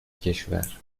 کشور